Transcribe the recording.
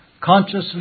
consciously